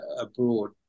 abroad